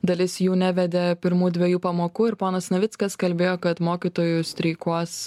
dalis jų nevedė pirmų dviejų pamokų ir ponas navickas kalbėjo kad mokytojų streikuos